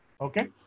okay